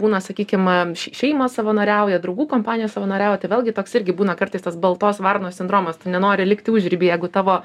būna sakykim šeimos savanoriauja draugų kompanijos savanoriauja tai vėlgi toks irgi būna kartais tas baltos varnos sindromas tu nenori likti užriby jeigu tavo